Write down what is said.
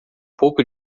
pouco